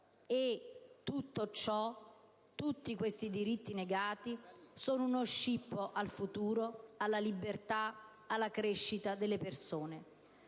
Tutto ciò, tutti questi diritti negati sono uno «scippo» al futuro, alla libertà, alla crescita delle persone.